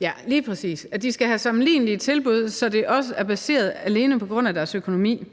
Ja, lige præcis – de skal have sammenlignelige tilbud, så det alene er baseret på deres økonomi